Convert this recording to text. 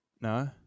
No